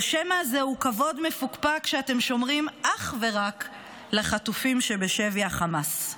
או שמא זהו כבוד מפוקפק שאתם שומרים אך ורק לחטופים שבשבי החמאס?